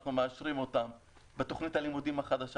אנחנו מאשרים אותם בתוכנית הלימודים החדשה.